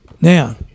Now